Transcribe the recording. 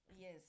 Yes